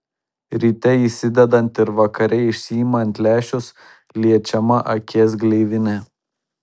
ryte įsidedant ir vakare išsiimant lęšius liečiama akies gleivinė